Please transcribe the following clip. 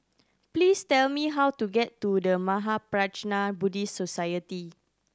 please tell me how to get to The Mahaprajna Buddhist Society